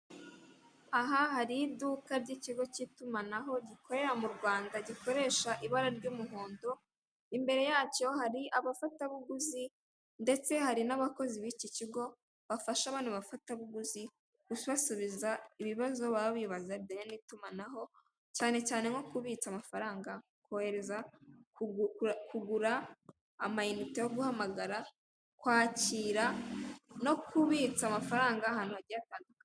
Aha hari iduka ry'ikigo cy'itumanaho gikorera mu Rwanda. Gikoresha ibara ry'umuhondo, imbere yacyo hari abafatabuguzi ndetse hari n'abakozi b'iki kigo, bafasha bano bafatabuguzi kubasubiza ibizabo baba bibaza bijyanye n'itumanaho, cyane cyane nko kubitsa amafaranga, kohereza, kugura amayinite yo guhamagara, kwakira no kubitsa amafaranga ahantu hagiye hatandukanye.